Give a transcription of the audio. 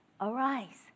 arise